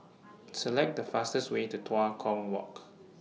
Select The fastest Way to Tua Kong Walk